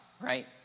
right